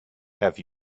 have